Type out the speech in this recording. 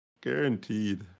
Guaranteed